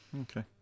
Okay